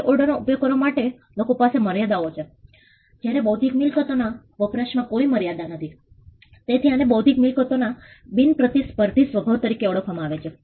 તે ઓરડાને ઉપયોગ કરવા માટે લોકો પાસે ત્યાં મર્યાદાઓ છે જયારે બૌદ્ધિક મિલકતો ના વપરાશ માં કોઈ મર્યાદા નથી તેથી આને બૌદ્ધિક મિલકતોના બિનપ્રતિસ્પર્ધી સ્વભાવ તરીકે ઓળખવામાં આવે છે